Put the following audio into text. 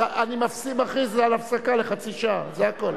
זה הכול.